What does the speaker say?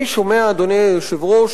אדוני היושב-ראש,